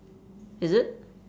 is it